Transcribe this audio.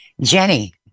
jenny